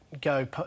go